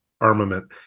armament